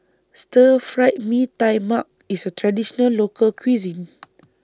Stir Fry Mee Tai Mak IS A Traditional Local Cuisine